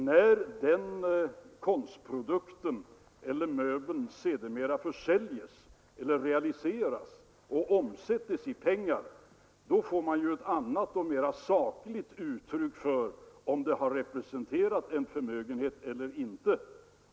När denna konstprodukt sedermera försäljes eller realiseras och omsätts i pengar får man ju ett annat och mera sakligt uttryck för om den har representerat en förmögenhet eller inte.